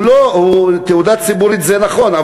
תהודה ציבורית זה נכון,